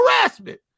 harassment